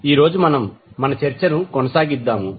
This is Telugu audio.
ఈ రోజు మనం మన చర్చను కొనసాగిద్దాము